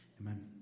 Amen